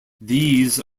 these